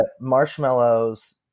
Marshmallows